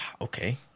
Okay